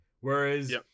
Whereas